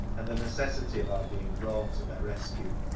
and the necessity of our being brought to their rescue.